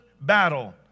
battle